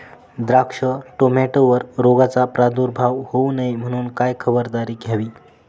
द्राक्ष, टोमॅटोवर रोगाचा प्रादुर्भाव होऊ नये म्हणून काय खबरदारी घ्यावी?